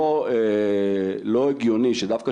לא הגיוני שדווקא,